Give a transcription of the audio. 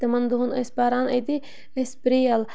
تِمَن دۄہَن ٲسۍ پَران أتی أسۍ پرٛیل